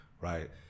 right